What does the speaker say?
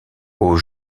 aux